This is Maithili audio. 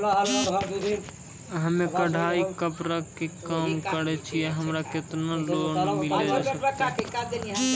हम्मे कढ़ाई कपड़ा के काम करे छियै, हमरा केतना लोन मिले सकते?